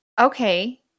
Okay